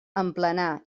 emplenar